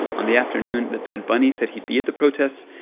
on the afternoon that bad bunny said he'd be at the protests,